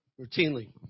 routinely